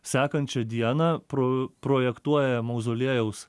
sekančią dieną pro projektuoja mauzoliejaus